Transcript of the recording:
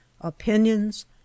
opinions